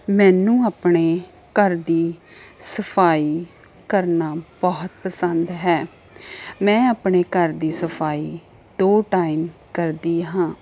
ਮੈਨੂੰ ਆਪਣੇ ਘਰ ਦੀ ਸਫਾਈ ਕਰਨਾ ਬਹੁਤ ਪਸੰਦ ਹੈ ਮੈਂ ਆਪਣੇ ਘਰ ਦੀ ਸਫਾਈ ਦੋ ਟਾਈਮ ਕਰਦੀ ਹਾਂ